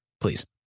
Please